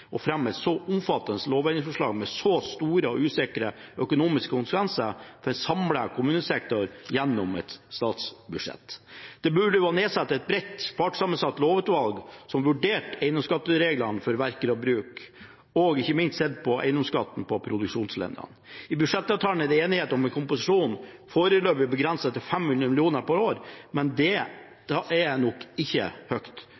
å fremme et så omfattende lovendringsforslag med så store og usikre økonomiske konsekvenser for en samlet kommunesektor gjennom et statsbudsjett. Det burde vært nedsatt et bredt partssammensatt lovutvalg som vurderte eiendomsskattereglene for verker og bruk, og ikke minst så på eiendomsskatten på produksjonslinjer. I budsjettavtalen er det enighet om en kompensasjon foreløpig begrenset til 500 mill. kr per år. Men det